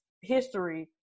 history